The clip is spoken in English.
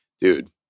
dude